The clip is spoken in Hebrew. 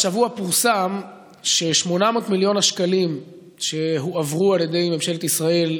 השבוע פורסם ש-800 מיליון השקלים שהועברו על ידי ממשלת ישראל,